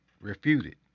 refuted